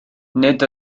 nid